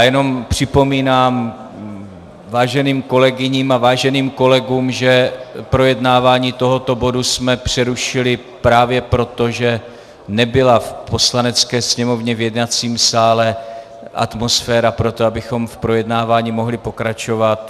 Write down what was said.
Jenom připomínám váženým kolegyním a váženým kolegům, že projednávání tohoto bodu jsme přerušili právě proto, že nebyla v Poslanecké sněmovně v jednacím sále atmosféra pro to, abychom v projednávání mohli pokračovat.